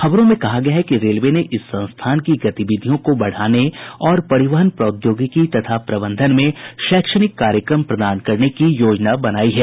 खबरों में कहा गया है कि रेलवे ने इस संस्थान की गतिविधियों को बढाने और परिवहन प्रौद्योगिकी तथा प्रबंधन में शैक्षिक कार्यक्रम प्रदान करने की योजना बनाई है